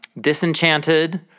disenchanted